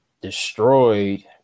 destroyed